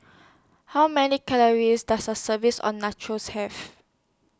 How Many Calories Does A serves Or Nachos Have